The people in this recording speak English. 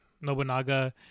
Nobunaga